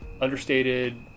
Understated